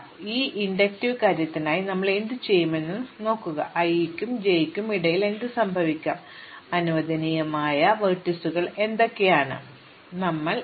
അതിനാൽ ഈ ഇൻഡക്റ്റീവ് കാര്യത്തിനായി ഞങ്ങൾ എന്തുചെയ്യും എന്നത് നിയന്ത്രിക്കുക i നും j നും ഇടയിൽ എന്ത് സംഭവിക്കാം അനുവദനീയമായ ലംബങ്ങൾ എന്തൊക്കെയാണ് ഞങ്ങൾ ക്രമേണ സെറ്റ് വർദ്ധിപ്പിക്കും